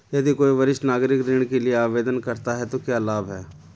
यदि कोई वरिष्ठ नागरिक ऋण के लिए आवेदन करता है तो क्या लाभ हैं?